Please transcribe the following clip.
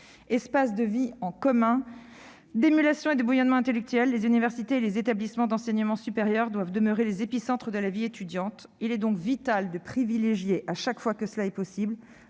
Espaces de vie en commun, d'émulation et de bouillonnement intellectuel, les universités et les établissements d'enseignement supérieur doivent demeurer les épicentres de la vie étudiante. Il est donc vital de donner la priorité, chaque fois que cela est possible,